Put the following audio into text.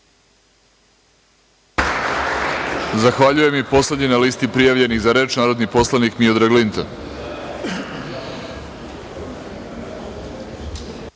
Zahvaljujem. Poslednji na listi prijavljenih za reč je narodni poslanik Miodrag Linta.